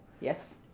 Yes